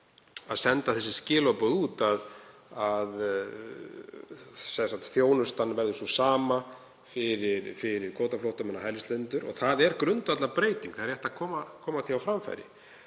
að senda þau skilaboð út að þjónustan verði sú sama fyrir kvótaflóttamenn og hælisleitendur og það er grundvallarbreyting. Það er rétt að koma því á framfæri.